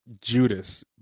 Judas